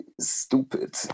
stupid